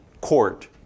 court